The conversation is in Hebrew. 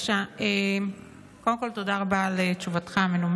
אין ספק.